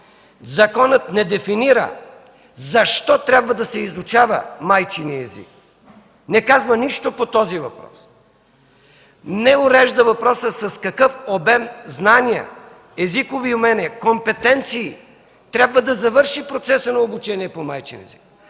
Законът не дефинира защо трябва да се изучава майчиният език, не казва нищо по този въпрос, не урежда въпроса с какъв обем знания, езикови умения, компетенции трябва да завърши процесът на обучение по майчин език.